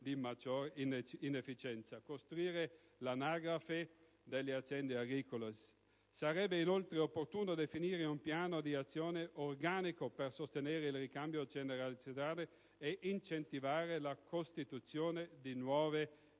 di maggiore inefficienza, costruire l'anagrafe delle aziende agricole. Sarebbe inoltre opportuno definire un piano d'azione organico per sostenere il ricambio generazionale e incentivare la costituzione di nuove